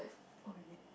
oh really